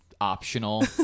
Optional